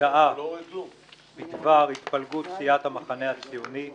הודעה בדבר התפלגות סיעת המחנה הציוני.